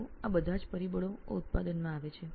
તો આ બધા જ પરિબળો આ ઉત્પાદનમાં આવે છે